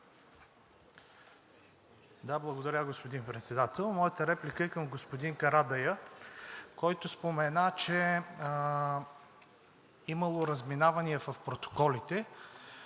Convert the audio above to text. Да, благодаря, господин Председател. Моята реплика е към господин Карадайъ, който спомена, че имало разминавания в протоколите.